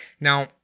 Now